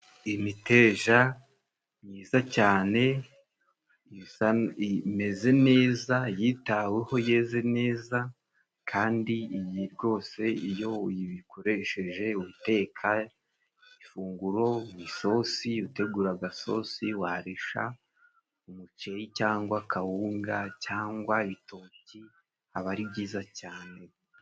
Imiteja myiza cyane, imeze neza, yitaweho, yeze neza, kandi iyi rwose iyo uyikoresheje uteka ifunguro mu isosi, utegura agasosi warisha umuceri cyangwa kawunga cyangwa ibitoki biba ari byiza cyane.